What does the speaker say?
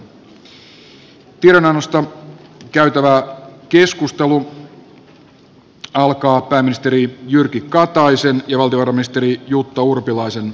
tiedonannosta käytävä keskustelu alkaa pääministeri jyrki kataisen ja valtiovarainministeri jutta urpilaisen esittelypuheenvuoroilla